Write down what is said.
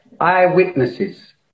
eyewitnesses